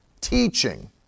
teaching